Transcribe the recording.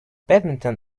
badminton